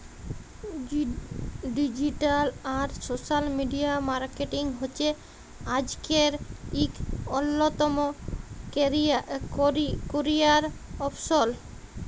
digital আর social media marketing হছে আইজকের ইক অল্যতম ক্যারিয়ার অপসল